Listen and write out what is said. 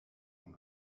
von